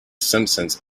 simpsons